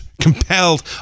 compelled